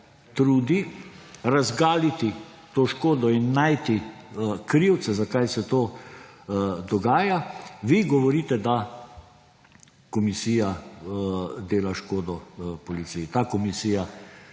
trudi razgaliti to škodo in najti krivca, zakaj se to dogaja, vi govorite, da komisija dela škodo policiji. Ta komisija